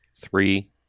three